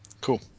cool